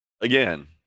again